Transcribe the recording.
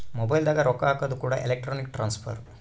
mobile ದಾಗ ರೊಕ್ಕ ಹಾಕೋದು ಕೂಡ ಎಲೆಕ್ಟ್ರಾನಿಕ್ ಟ್ರಾನ್ಸ್ಫರ್